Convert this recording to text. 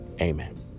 Amen